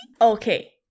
Okay